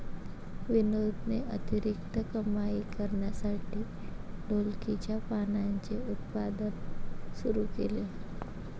विनोदने अतिरिक्त कमाई करण्यासाठी ढोलकीच्या पानांचे उत्पादन सुरू केले